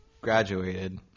graduated